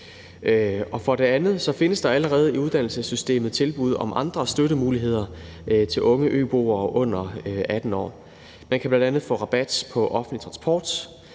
18. For det andet findes der allerede i uddannelsessystemet tilbud om andre støttemuligheder til unge øboere unge under 18 år. Man kan bl.a. få rabat på offentlig transport,